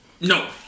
No